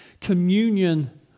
communion